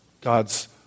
God's